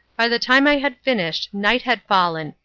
by the time i had finished night had fallen,